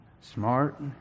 smart